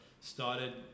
started